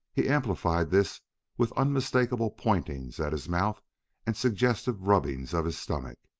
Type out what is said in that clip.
he amplified this with unmistakable pointings at his mouth and suggestive rubbing of his stomach,